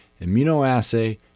immunoassay